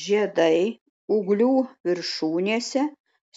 žiedai ūglių viršūnėse